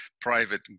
private